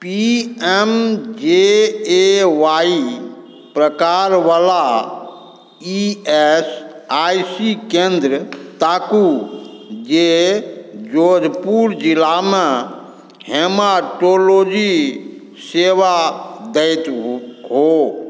P M J A Y प्रकार वला E S I C केंद्र ताकू जे जोधपुर जिलामे हेमाटोलोजी सेवा दैत हो